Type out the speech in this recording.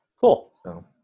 Cool